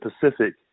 Pacific